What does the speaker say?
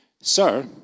Sir